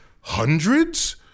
Hundreds